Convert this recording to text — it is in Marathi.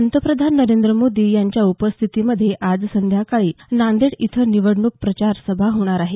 पंतप्रधान नरेंद्र मोदी यांच्या उपस्थितीमध्ये आज संध्याकाळी नांदेड इथं निवडणूक प्रचार सभा होणार आहे